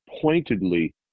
pointedly